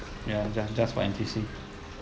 ya just just for N_T_U_C